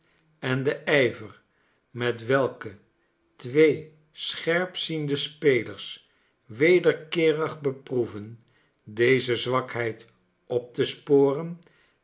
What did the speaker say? en de ijver met welke twee scherpziende spelers wederkeerig beproeven deze zwakheid op te sporen